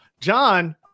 john